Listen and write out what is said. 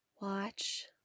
Watch